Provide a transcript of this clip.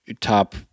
top